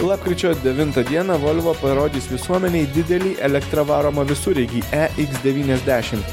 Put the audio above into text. lapkričio devintą dieną volvo parodys visuomenei didelį elektra varomą visureigį e iks devyniasdešim